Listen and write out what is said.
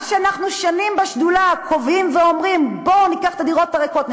מה שאנחנו בשדולה שנים קובעים ואומרים: בואו ניקח את הדירות הריקות,